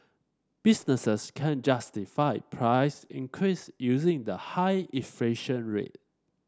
businesses can justify price increase using the high inflation rate